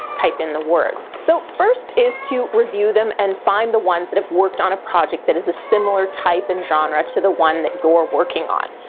type in the words. so first is to review them and find the ones that have worked on a project that is a similar type and genre to the one that you're working on.